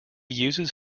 uses